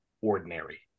ordinary